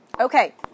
Okay